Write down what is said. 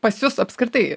pas jus apskritai